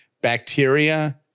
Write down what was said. bacteria